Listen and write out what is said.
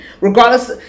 Regardless